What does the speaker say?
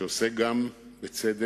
שעוסק גם בצדק